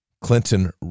Clinton